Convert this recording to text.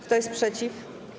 Kto jest przeciw?